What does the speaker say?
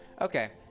Okay